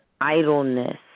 idleness